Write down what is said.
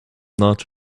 not